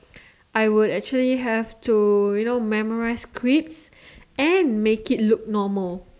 I would actually have to you know memorize scripts and make it look normal